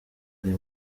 ari